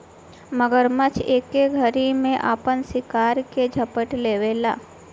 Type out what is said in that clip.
मगरमच्छ एके घरी में आपन शिकार के झपट लेवेला